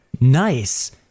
nice